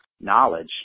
knowledge